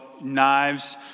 knives